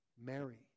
Mary